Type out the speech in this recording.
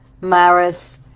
maris